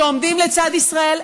שעומדים לצד ישראל.